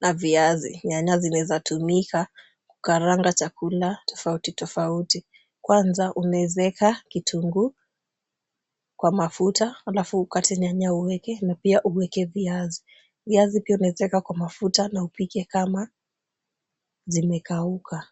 na viazi. Nyanya zinaweza tumika kukaranga chakula tofauti tofauti. Kwanza unaweza weka kitunguu kwa mafuta, alafu ukate nyanya uweke na pia uweke viazi. Viazi pia unaweza weka kwa mafuta na upike kama zimekauka.